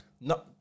no